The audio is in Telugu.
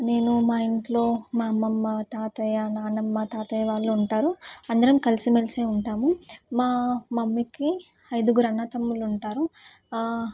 నేను మా ఇంట్లో మా అమ్మమ్మ తాతయ్య నానమ్మ తాతయ్య వాళ్ళు ఉంటారు అందరం కలిసి మెలిసి ఉంటాము మా మమ్మీకి ఐదుగురు అన్నదమ్ముళ్ళు ఉంటారు